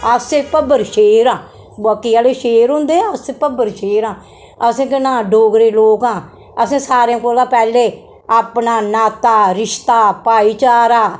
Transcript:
अस भब्बर शेर आं बाकी आह्ले शेर होंदे अस भब्बर शेर आं अस केह् नां डोगरे लोक आं असें सारे कोला पैह्लें अपना नाता रिश्ता भाईचारा